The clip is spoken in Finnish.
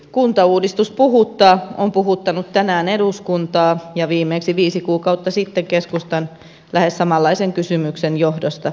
kuntauudistus puhuttaa on puhuttanut eduskuntaa tänään ja viimeksi viisi kuukautta sitten keskustan lähes samanlaisen kysymyksen johdosta